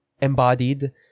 embodied